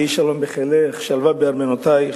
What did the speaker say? יהי שלום בחילך שלווה בארמנותייך.